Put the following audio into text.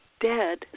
dead